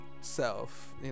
self